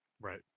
Right